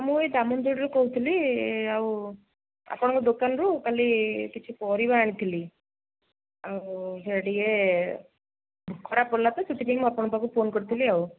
ମୁଁ ଏଇ ଦାମନଯୋଡ଼ିରୁ କହୁଥିଲି ଆଉ ଆପଣଙ୍କ ଦୋକାନରୁ କାଲି କିଛି ପରିବା ଆଣିଥିଲି ଆଉ ସେ ଟିକିଏ ଖରାପ ପଡ଼ିଲା ତ ସେଥିପାଇଁ ମୁଁ ଆପଣଙ୍କ ପାଖକୁ ଫୋନ୍ କରିଥିଲି ଆଉ